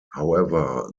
however